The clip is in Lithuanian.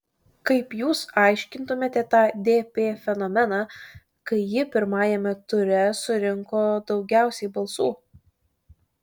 kaip jūs aiškintumėte tą dp fenomeną kai ji pirmajame ture surinko daugiausiai balsų